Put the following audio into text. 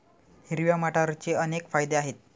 हिरव्या मटारचे अनेक फायदे आहेत